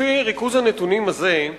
לפי ריכוז הנתונים הזה,